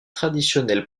traditionnel